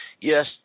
Yes